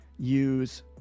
use